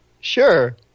Sure